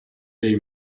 dei